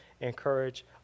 encourage